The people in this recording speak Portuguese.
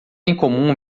incomum